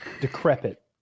Decrepit